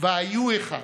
והיו אחד,